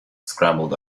scrambled